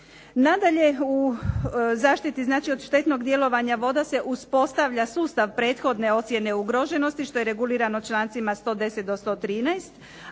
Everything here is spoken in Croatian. Nadalje, u zaštiti od štetnog djelovanja voda se uspostavlja sustav prethodne ocjene ugroženosti što je regulirano člancima 110. do 113.,